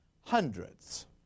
hundreds